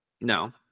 no